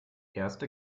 erste